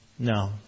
No